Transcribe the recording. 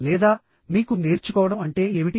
లేదా మీకు నేర్చుకోవడం అంటే ఏమిటి